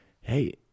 hey